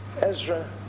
Ezra